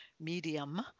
medium